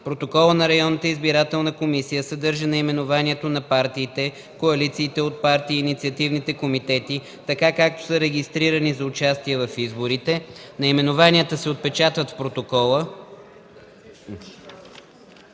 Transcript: Протоколът на районната избирателна комисия съдържа наименованията на партиите, коалициите от партии и инициативните комитети, така както са регистрирани за участие в изборите. Наименованията се отпечатват в протокола